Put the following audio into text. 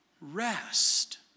rest